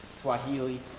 Swahili